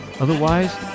Otherwise